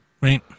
right